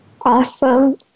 Awesome